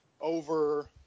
over